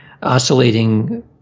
Oscillating